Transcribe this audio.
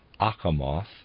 Akamoth